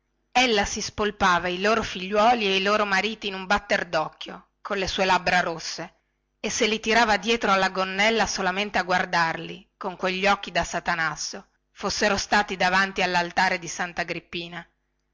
affamata ella si spolpava i loro figliuoli e i loro mariti in un batter docchio con le sue labbra rosse e se li tirava dietro alla gonnella solamente a guardarli con quegli occhi da satanasso fossero stati davanti allaltare di santa agrippina